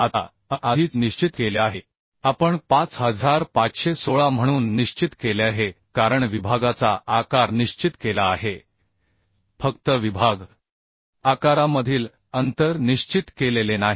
आता a आधीच निश्चित केले आहे आपण 5516 म्हणून निश्चित केले आहे कारण विभागाचा आकार निश्चित केला आहे फक्त विभाग आकारामधील अंतर निश्चित केलेले नाही